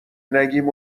نگیم